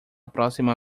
próxima